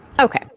Okay